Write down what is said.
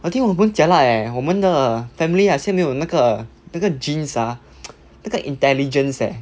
I think 我们 jialat leh 我们的 family 好像没有那个那个 genes ah 那个 intelligence leh